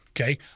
Okay